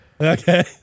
Okay